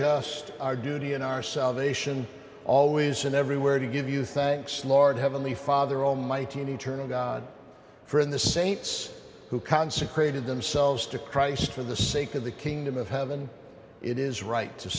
just our duty in our salvation always and everywhere to give you thanks lord heavenly father almighty and eternal god for in the saints who consecrated themselves to christ for the sake of the kingdom of heaven it is right to